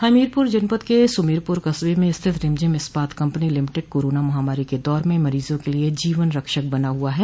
हमीरपुर जनपद के सुमेरपुर कस्बे में स्थित Rimjhim Ispat company limited corona महामारी के दौर में मरीजों के लिये जीवन रक्षक बना हुआ है